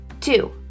Two